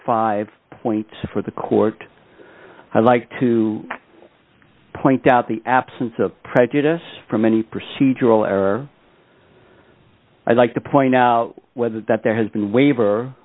five points for the court i'd like to point out the absence of prejudice from any procedural error i'd like to point out that there has been waiver